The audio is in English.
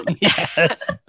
yes